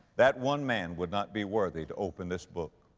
that one man would not be worthy to open this book.